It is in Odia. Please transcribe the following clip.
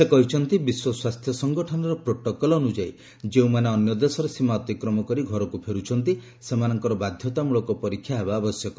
ସେ କହିଛନ୍ତି ବିଶ୍ୱ ସ୍ୱାସ୍ଥ୍ୟ ସଂଗଠନର ପ୍ରୋଟୋକଲ୍ ଅନୁଯାୟୀ ଯେଉଁମାନେ ଅନ୍ୟଦେଶର ସୀମା ଅତିକ୍ରମ କରି ଘରକୁ ଫେରୁଛନ୍ତି ସେମାନଙ୍କର ବାଧ୍ୟତାମୃଳକ ପରୀକ୍ଷା ହେବା ଆବଶ୍ୟକ